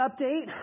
update